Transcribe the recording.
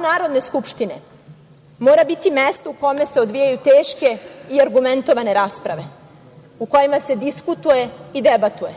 Narodne skupštine mora biti mesto u kome se odvijaju teške i argumentovane rasprave, u kojima se diskutuje i debatuje,